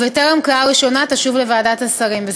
ובטרם קריאה ראשונה תשוב לוועדת השרים.